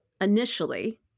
initially